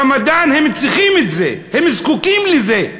רמדאן, הם צריכים את זה, הם זקוקים לזה.